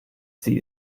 sie